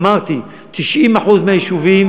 אמרתי, ל-90% מהיישובים